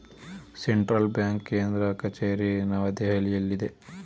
central Bank ಕೇಂದ್ರ ಕಚೇರಿ ನವದೆಹಲಿಯಲ್ಲಿದೆ